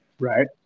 Right